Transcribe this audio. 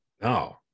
No